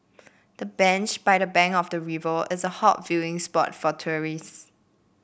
the bench by the bank of the river is a hot viewing spot for tourists